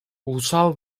ulusal